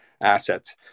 assets